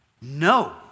No